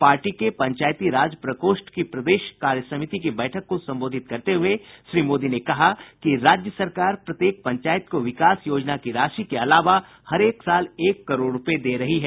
party के पंचायती राज प्रकोष्ठ की प्रदेश कार्यसमिति की बैठक को संबोधित करते हुए श्री मोदी ने कहा कि राज्य सरकार प्रत्येक पंचायत को विकास योजना की राशि के अलावे हरेक साल एक करोड़ रुपये दे रही है